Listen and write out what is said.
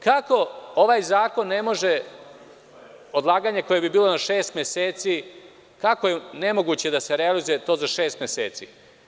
Kako ovaj zakon ne može odlaganje koje bi bilo na šest meseci, kako je nemoguće da se realizuje to za šest meseci?